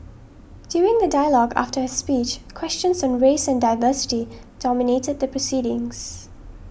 during the dialogue after his speech questions on race and diversity dominated the proceedings